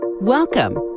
Welcome